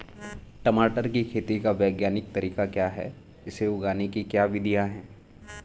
टमाटर की खेती का वैज्ञानिक तरीका क्या है इसे उगाने की क्या विधियाँ हैं?